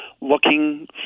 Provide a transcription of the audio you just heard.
looking